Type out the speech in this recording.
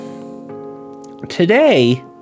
Today